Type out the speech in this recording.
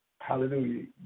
hallelujah